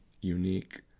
unique